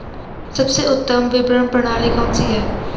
सबसे उत्तम विपणन प्रणाली कौन सी है?